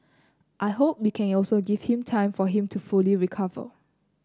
I hope we can also give him time for him to fully recover